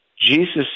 Jesus